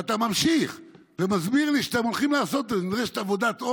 ואתה ממשיך ומסביר לי שאתם הולכים לעשות את זה: "נדרשת עבודה,